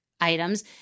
items